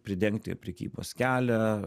pridengti prekybos kelią